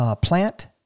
plant